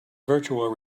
virtual